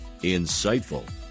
insightful